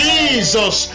Jesus